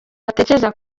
bategereza